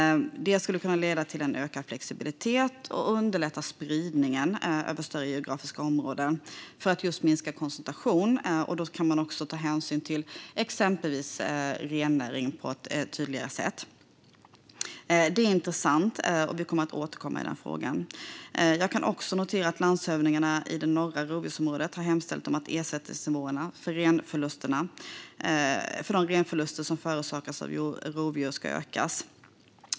Det skulle kunna leda till en ökad flexibilitet och underlätta spridningen över större geografiska områden för att just minska koncentrationen. Då kan man också ta hänsyn till exempelvis rennäring på ett tydligare sätt. Det är intressant, och vi återkommer i den frågan. Jag noterar också att landshövdingarna i det norra rovdjursområdet har hemställt om att ersättningsnivån för de renförluster som förorsakas av rovdjur ska höjas.